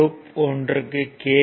loop 1 க்கு K